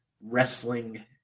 wrestling